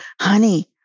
honey